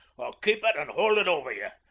i'll keep it and hold it over ye.